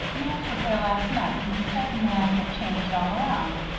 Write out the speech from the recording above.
max was there last night and he said the man had changed all around.